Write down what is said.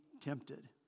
tempted